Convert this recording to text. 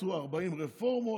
ועשו 40 רפורמות,